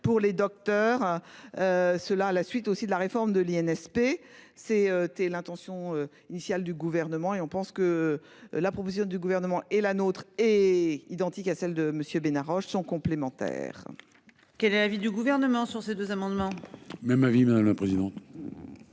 pour les docteurs. Cela à la suite aussi de la réforme de l'INS P. C. T. l'intention initiale du gouvernement et on pense que la proposition du gouvernement et la nôtre est identique à celle de Monsieur Bénard roches sont complémentaires. Quel est l'avis du gouvernement sur ces deux amendements. Même avis madame la présidente.